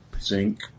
zinc